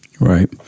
Right